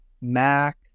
Mac